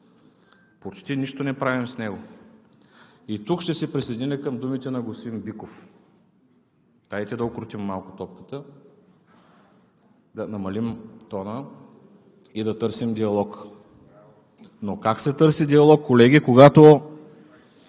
Почти нищо не правим с него. И тук ще се присъединя към думите на господин Биков – дайте да укротим малко топката, да намалим тона и да търсим диалог. Но как се търси диалог, колеги? Когато